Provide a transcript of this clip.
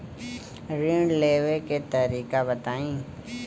ऋण लेवे के तरीका बताई?